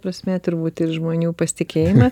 prasmė turbūt ir žmonių pasitikėjime